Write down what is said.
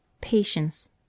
Patience